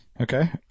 Okay